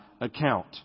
account